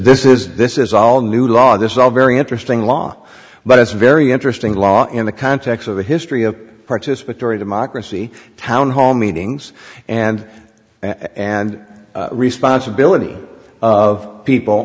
this is this is all new law this is all very interesting law but it's very interesting law in the context of a history of participatory democracy town hall meetings and and responsibility of people